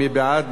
מי נמנע?